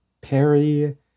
Perry